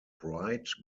bright